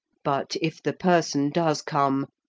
but, if the person does come,